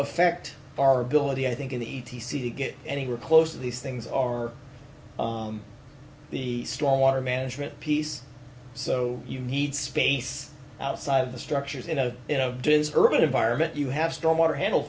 affect our ability i think in the e t c to get anywhere close to these things are the strong water management piece so you need space outside of the structures in a you know urban environment you have storm water handle